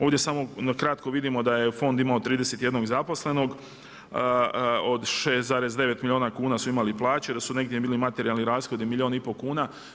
Ovdje samo na kratko vidimo da je fond imao 31 zaposlenog od 6,9 milijuna kuna su imali plaće i da su negdje bili materijalni rashodi milijun i pol kuna.